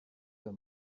für